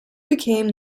became